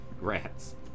rats